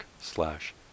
slash